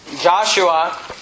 Joshua